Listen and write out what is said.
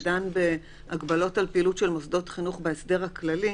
שדן בהגבלות על פעילות של מוסדות חינוך בהסדר הכללי,